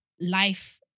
life